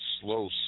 slow